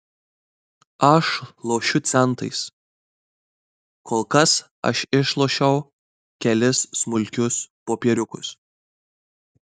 aš lošiu centais kol kas aš išlošiau kelis smulkius popieriukus